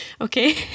okay